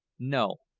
no,